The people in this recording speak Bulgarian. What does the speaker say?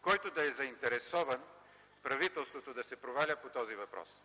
който да е заинтересован правителството да се проваля по този въпрос!